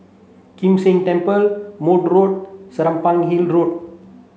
Kim San Temple Maude Road Serapong Hill Road